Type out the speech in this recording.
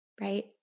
right